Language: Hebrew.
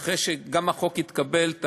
שגם אחרי שהחוק יתקבל,